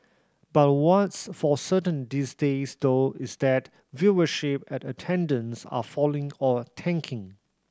but what's for certain these days though is that viewership and attendance are falling or tanking